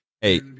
Hey